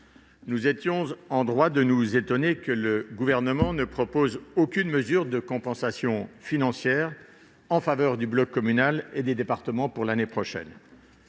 Nous sommes en droit de nous étonner que le Gouvernement ne propose aucune mesure de compensation financière en faveur du bloc communal et des départements pour l'année prochaine.